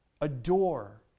adore